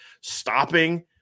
stopping